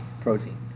protein